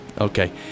Okay